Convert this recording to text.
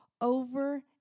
over